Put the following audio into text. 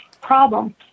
problem